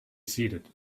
seated